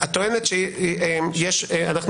יש פה כרגע,